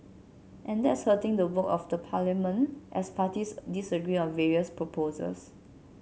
and that's hurting the work of the parliament as parties disagree on various proposals